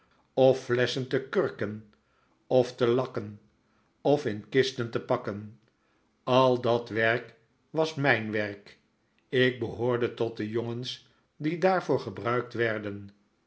of flesschen te kurken of te lakken of in kisten te pakken al dat werk was mijn werk ik behoorde tot de jongens die daarvoor gebruikt werden